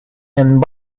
and